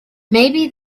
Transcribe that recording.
maybe